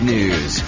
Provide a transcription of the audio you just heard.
News